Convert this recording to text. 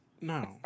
No